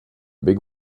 big